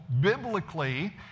biblically